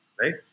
right